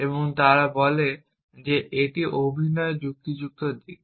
এবং তারা বলে যে এটি অভিনয়ের যুক্তিযুক্ত দিক